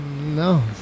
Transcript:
No